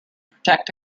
protect